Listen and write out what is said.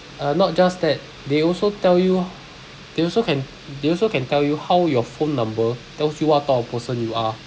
uh not just that they also tell you they also can they also can tell you how your phone number tells you what type of person you are